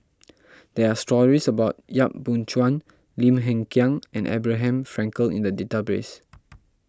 there are stories about Yap Boon Chuan Lim Hng Kiang and Abraham Frankel in the database